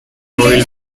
oil